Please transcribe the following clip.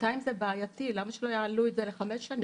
זה בעייתי שנתיים, למה שלא יעלו את זה לחמש שנים?